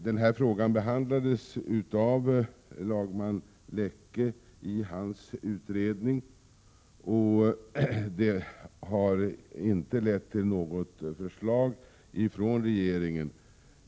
Denna fråga behandlades av lagman Leche i hans utredning, men detta har inte lett till något förslag från regeringen.